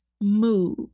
move